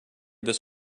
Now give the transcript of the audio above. this